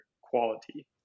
quality